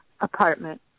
apartment